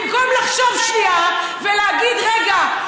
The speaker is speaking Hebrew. במקום לחשוב שנייה ולהגיד: רגע,